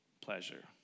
pleasure